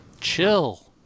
chill